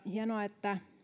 hienoa että